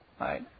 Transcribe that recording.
right